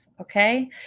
Okay